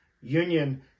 Union